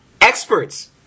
experts